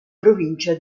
provincia